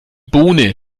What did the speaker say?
bohne